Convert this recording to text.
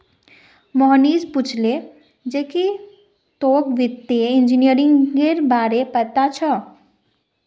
मोहनीश पूछले जे की तोक वित्तीय इंजीनियरिंगेर बार पता छोक